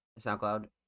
SoundCloud